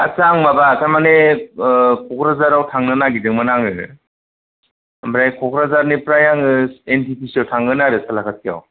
आस्सा आं माबा थारमाने क'क्राझारआव थांनो नागिरदोंमोन आङो ओमफ्राय क'क्राझारनिफ्राय आङो एन टि पि सि आव थांगोन आरो सालाकाटिआव